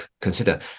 consider